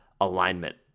alignment